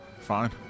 fine